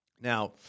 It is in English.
Now